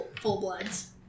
full-bloods